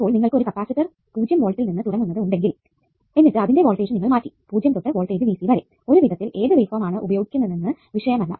അപ്പോൾ നിങ്ങൾക്ക് ഒരു കപ്പാസിറ്റർ 0 വോൾട്ടിൽ നിന്ന് തുടങ്ങുന്നത് ഉണ്ടെങ്കിൽ എന്നിട്ട് അതിന്റെ വോൾടേജ് നിങ്ങൾ മാറ്റി 0 തൊട്ട് വോൾടേജ് വരെ ഒരു വിധത്തിൽ ഏതു വേവ്ഫോം ആണ് ഉപയോഗിക്കുന്നതെന്നതു വിഷയം അല്ല